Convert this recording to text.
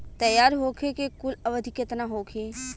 तैयार होखे के कुल अवधि केतना होखे?